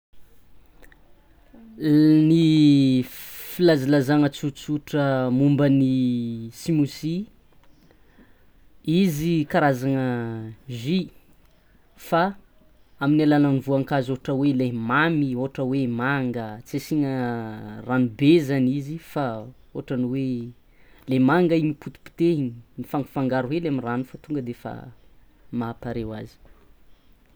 Ny filazalazana tsotsotra momba ny smoothie, izy karazana jus, fa amin'ny alalan'ny voankazo ôhatra hoe le mamy ohatra hoe manga tsy asiana ranony be zany izy fa ahatrany hoe le manga iny potipotehiny mifangafangaro hely amy rano fô tonga defa mahapare hoazy.